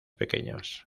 pequeños